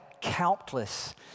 countless